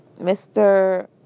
Mr